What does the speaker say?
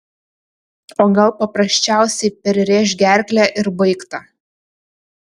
o gal paprasčiausiai perrėš gerklę ir baigta